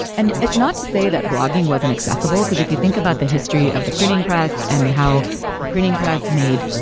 and it's not to say that blogging wasn't accessible, because if you think about the history of the printing press and how the printing press made,